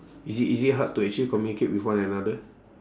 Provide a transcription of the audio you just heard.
is it is it hard to actually communicate with one another